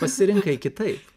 pasirinkai kitaip